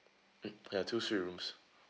mm ya two suite rooms